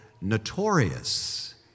notorious